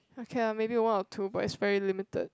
okay lah maybe one or two but is very limited